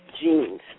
genes